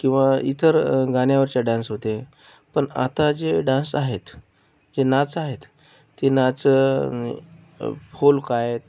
किंवा इतर गाण्यावरच्या डान्स होते पण आता जे डान्स आहेत जे नाच आहेत ते नाच फुल काय किंवा